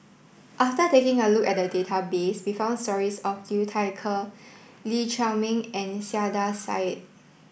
after taking a look at the database we found stories about Liu Thai Ker Lee Chiaw Meng and Saiedah Said